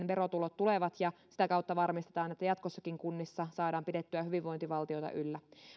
verotulot tulevat ja sitä kautta varmistetaan että jatkossakin kunnissa saadaan pidettyä hyvinvointivaltiota yllä